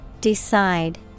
Decide